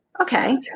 Okay